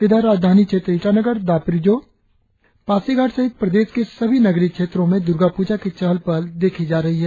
इधर राजधानी क्षेत्र ईटानगर दापोरिजो पासीघाट सहित प्रदेश के सभी नगरीय क्षेत्र में दुर्गा पूजा की चहल पहल देखी जा रही है